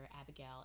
Abigail